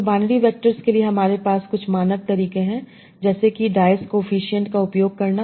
तो binary vectors के लिए हमारे पास कुछ मानक तरीके हैं जैसे कि डाइस कोएफिसिएंट का उपयोग करना